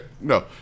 no